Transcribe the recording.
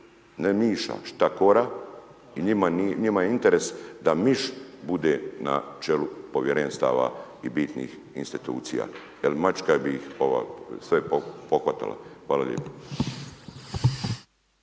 ne miša, štakora, i njima je interes da miš bude na čelu Povjerenstava i bitnih institucija, jel mačka bi ih sve pohvatala. Hvala lijepo.